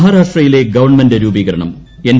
മഹാരാഷ്ട്രയിലെ ഗവൺമെന്റ് രൂപീകരണം എൻ